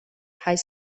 high